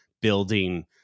building